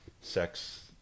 sex